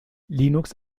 linux